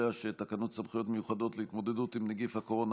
תקנות סמכויות מיוחדות להתמודדות עם נגיף הקורונה